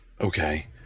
okay